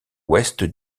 ouest